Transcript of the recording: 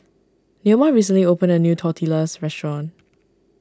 Neoma recently opened a new Tortillas restaurant